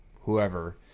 whoever